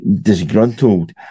disgruntled